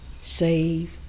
save